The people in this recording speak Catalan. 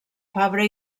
fabra